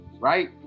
right